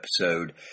episode